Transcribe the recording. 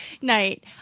night